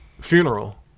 funeral—